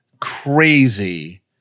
crazy